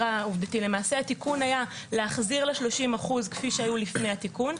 התיקון היה להחזיר ל-30% כפי שהיו לפני התיקון,